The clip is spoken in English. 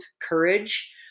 courage